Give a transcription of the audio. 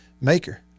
maker